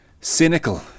Cynical